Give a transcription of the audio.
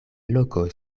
loko